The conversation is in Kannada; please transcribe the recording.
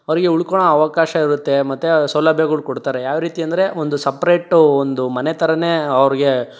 ಅವರಿಗೆ ಉಳ್ಕೋಳ್ಳೋ ಅವಕಾಶ ಇರುತ್ತೆ ಮತ್ತೆ ಸೌಲಭ್ಯಗಳು ಕೊಡ್ತಾರೆ ಯಾವ ರೀತಿ ಅಂದರೆ ಒಂದು ಸಪ್ರೇಟು ಒಂದು ಮನೆ ಥರನೇ ಅವ್ರಿಗೆ